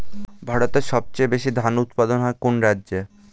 ভারতের সবচেয়ে বেশী ধান উৎপাদন হয় কোন রাজ্যে?